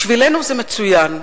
בשבילנו זה מצוין.